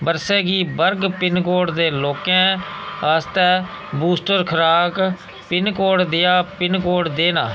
बरसे गी वर्ग पिनकोड दे लोकें आस्तै बूस्टर खराक पिनकोड देआ पिनकोड दे न